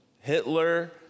Hitler